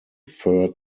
fur